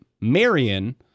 Marion